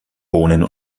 bohnen